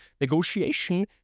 negotiation